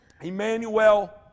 Emmanuel